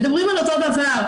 מדברים על אותו דבר,